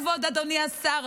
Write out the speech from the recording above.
כבוד אדוני השר,